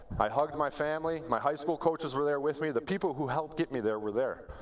i hugged my family. my high school coaches were there with me. the people who helped get me there were there.